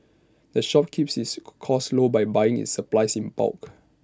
the shop keeps its costs low by buying its supplies in bulk